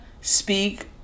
Speak